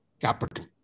capital